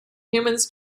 humans